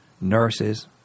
nurses